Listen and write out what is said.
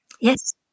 Yes